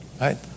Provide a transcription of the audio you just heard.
Right